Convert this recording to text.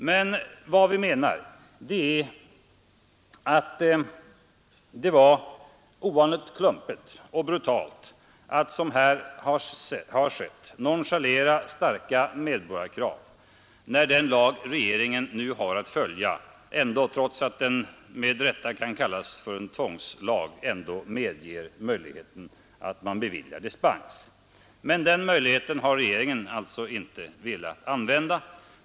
Men vad vi menar är att det är ovanligt klumpigt och brutalt att som här skett nonchalera starka medborgarkrav, när den lag regeringen nu har att följa ändå — trots att den med rätta kan kallas en tvångslag — medger att dispens beviljas. Den möjligheten har regeringen emellertid inte velat använda.